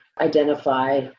identify